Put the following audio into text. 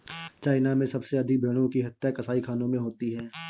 China में सबसे अधिक भेंड़ों की हत्या कसाईखानों में होती है